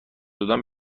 دادن